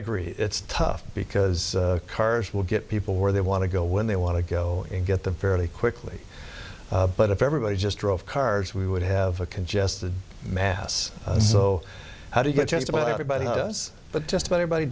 agree it's tough because cars will get people where they want to go when they want to go and get them fairly quickly but if everybody just drove cars we would have a congested mass so how do you get just about everybody does but just about anybody